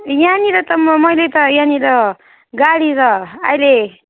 यहाँनिर त म मैले त यहाँनिर गाडी र अहिले